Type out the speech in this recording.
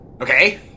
Okay